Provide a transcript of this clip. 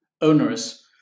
onerous